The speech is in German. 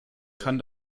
kann